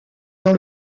dans